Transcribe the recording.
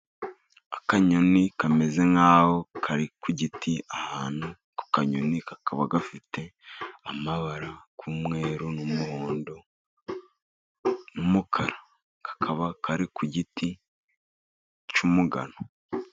Akanyoni kameze nkaho kari ku giti ahantu. Ako kanyoni kakaba gafite amabara y'umweru n'umuhondo n'umukara, kakaba kari ku giti cy'umugano.